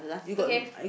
okay